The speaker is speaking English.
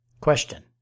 Question